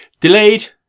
delayed